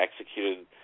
executed